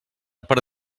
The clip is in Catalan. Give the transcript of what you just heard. per